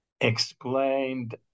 explained